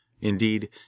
Indeed